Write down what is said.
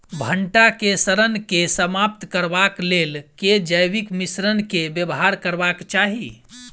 भंटा केँ सड़न केँ समाप्त करबाक लेल केँ जैविक मिश्रण केँ व्यवहार करबाक चाहि?